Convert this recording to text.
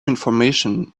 information